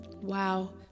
wow